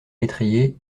l’étrier